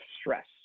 stress